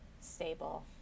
stable